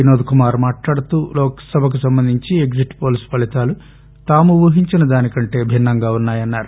వినోద్ కుమార్ మాట్లాడుతూ లోక్ సభకు సంబంధించి ఎగ్జిట్ పోల్స్ ఫలితాలు తాము ఉహించిన దానికంటే భిన్నంగా ఉన్నాయన్నారు